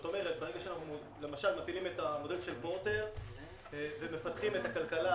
ברגע שאנחנו מפעילים את המודל של פורטר ומפתחים את הכלכלה,